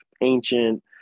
ancient